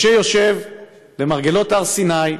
משה יושב למרגלות הר סיני,